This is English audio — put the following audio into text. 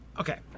Okay